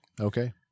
Okay